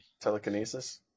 telekinesis